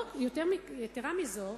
יתירה מזו,